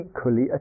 equally